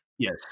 Yes